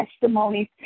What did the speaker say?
testimonies